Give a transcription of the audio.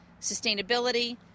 sustainability